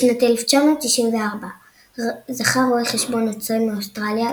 בשנת 1964 זכה רואה חשבון נוצרי מאוסטרליה,